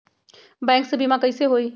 Bank से बिमा कईसे होई?